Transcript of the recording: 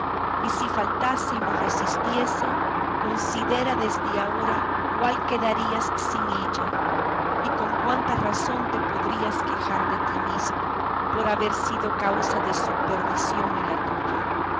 y si faltase y no resistiese considera desde ahora cuál quedarías sin ella y con cuánta razón te podrías quejar de ti mesmo por haber sido causa de su perdición y la tuya